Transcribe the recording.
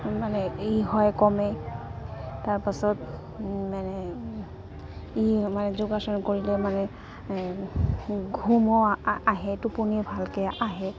মানে ই হয় কমেই তাৰপাছত মানে ই মানে যোগাচন কৰিলে মানে ঘুমো আহে টোপনি ভালকে আহে